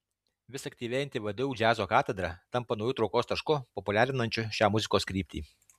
vis aktyvėjanti vdu džiazo katedra tampa nauju traukos tašku populiarinančiu šią muzikos kryptį